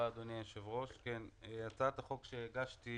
הצעת החוק שהגשתי